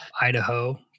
Idaho